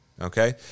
okay